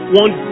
one